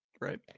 Right